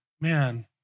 man